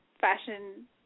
fashion